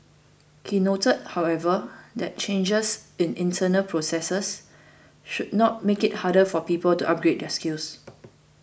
he noted however that changes in internal processes should not make it harder for people to upgrade their skills